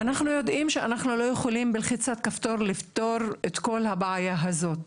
אנחנו יודעים שאנחנו לא יכולים בלחיצת כפתור לפתור את כל הבעיה הזאת.